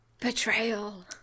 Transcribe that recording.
Betrayal